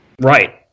Right